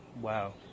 wow